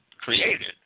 created